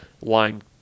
line